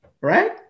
right